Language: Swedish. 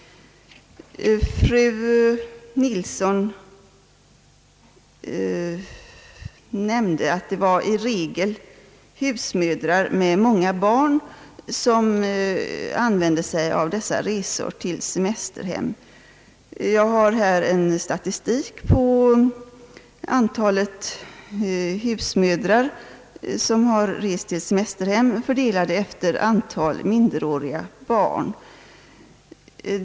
Fru Nilsson nämnde att det i regel var husmödrar med många barn som använde sig av dessa resor till semesterhem. Jag har här en statistik på antalet husmödrar som har rest till semesterhem fördelade efter antal minderåriga barn.